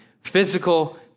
physical